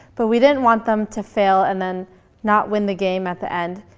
but we didn't want them to fail and then not win the game at the end,